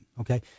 okay